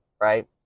right